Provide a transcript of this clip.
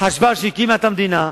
חשב כשהוא הקים את המדינה,